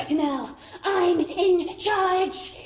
you know i'm in charge!